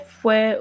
fue